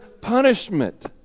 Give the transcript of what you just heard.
punishment